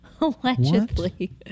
Allegedly